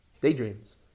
daydreams